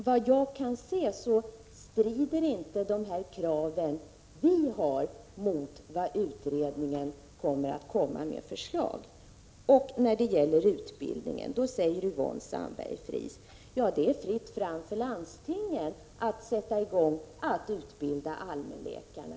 Jag har emellertid inte kunnat finna att våra krav strider mot de förslag utredningen kommer att lägga fram. Beträffande utbildningen säger Yvonne Sandberg-Fries att det är fritt fram för landstingen att sätta i gång med att utbilda allmänläkarna.